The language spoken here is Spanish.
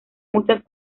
muchas